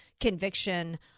conviction